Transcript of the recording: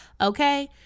Okay